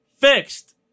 Fixed